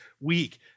week